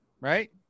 right